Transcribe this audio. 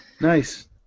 Nice